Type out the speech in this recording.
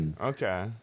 Okay